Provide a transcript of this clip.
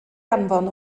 anfon